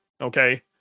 okay